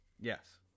Yes